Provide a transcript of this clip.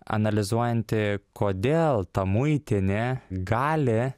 analizuojanti kodėl ta muitinė gali